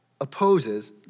opposes